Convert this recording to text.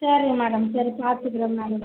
சேரிங்க மேடம் சரி பார்த்துக்குறேன் மேடம்